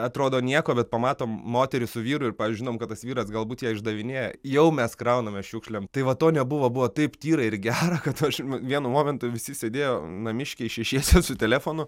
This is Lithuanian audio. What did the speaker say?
atrodo nieko bet pamatom moterį su vyru ir pavyzdžiui žinom kad tas vyras galbūt ją išdavinėja jau mes krauname šiukšlėm tai va to nebuvo buvo taip tyra ir gera kad aš vienu momentu visi sėdėjo namiškiai šešiese su telefonu